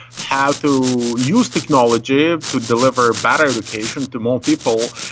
how to use technology to deliver better education to more people,